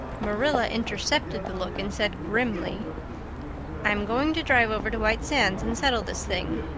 marilla intercepted the look and said grimly i'm going to drive over to white sands and settle this thing.